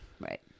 Right